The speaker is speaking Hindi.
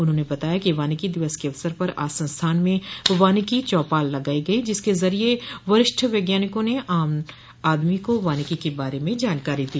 उन्होंने बताया कि वानिकी दिवस के अवसर पर आज संस्थान में वानिकी चौपाल लगाई गई जिसके जरिए वरिष्ठ वैज्ञानिकों ने आम आदमी को वानिकी के बारे में जानकारी दी